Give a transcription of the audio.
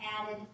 added